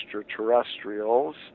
extraterrestrials